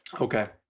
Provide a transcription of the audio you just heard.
Okay